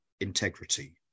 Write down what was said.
integrity